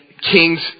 kings